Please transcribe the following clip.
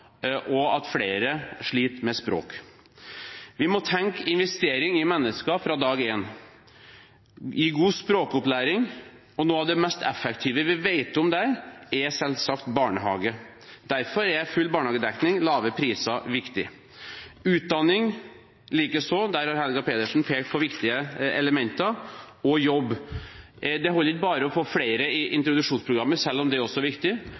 og at flere sliter med språk. Vi må tenke investering i mennesker fra dag én, gi god språkopplæring, og noe av det mest effektive vi vet om der, er selvsagt barnehage. Derfor er full barnehagedekning og lave priser viktig, likeså utdanning – der har Helga Pedersen pekt på viktige elementer – og jobb. Det holder ikke bare å få flere inn i introduksjonsprogrammet, selv om det også er viktig.